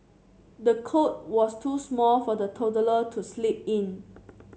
the cot was too small for the toddler to sleep in